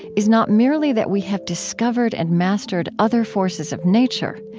is not merely that we have discovered and mastered other forces of nature.